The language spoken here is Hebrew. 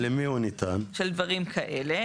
של דברים כאלה.